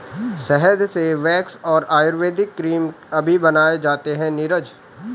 शहद से वैक्स और आयुर्वेदिक क्रीम अभी बनाए जाते हैं नीरज